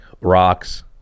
rocks